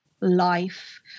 life